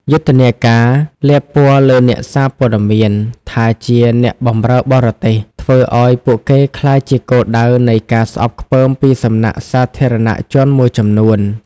យុទ្ធនាការលាបពណ៌លើអ្នកសារព័ត៌មានថាជា "អ្នកបម្រើបរទេស" ធ្វើឱ្យពួកគេក្លាយជាគោលដៅនៃការស្អប់ខ្ពើមពីសំណាក់សាធារណជនមួយចំនួន។